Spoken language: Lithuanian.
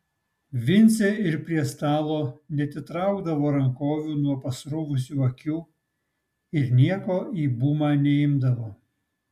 vincė ir prie stalo neatitraukdavo rankovių nuo pasruvusių akių ir nieko į bumą neimdavo